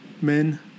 Men